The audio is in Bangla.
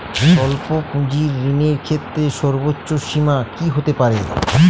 স্বল্প পুঁজির ঋণের ক্ষেত্রে সর্ব্বোচ্চ সীমা কী হতে পারে?